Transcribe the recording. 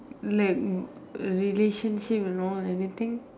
like relationship you know anything